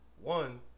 One